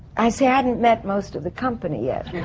i so hadn't met most of the company yet.